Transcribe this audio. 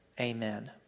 amen